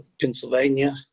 Pennsylvania